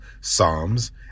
Psalms